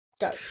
Go